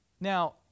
Now